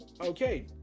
okay